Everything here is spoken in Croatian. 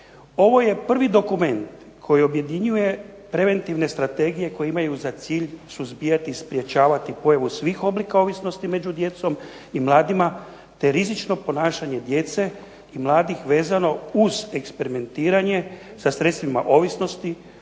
Ovo je prvi dokument koji objedinjuje preventivne strategije koje imaju za cilj suzbijati, sprječavati pojavu svih oblika ovisnosti među djecom i mladima, te rizično ponašanje djece i mladih vezano uz eksperimentiranje sa sredstvima ovisnosti